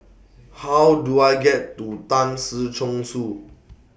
How Do I get to Tan Si Chong Su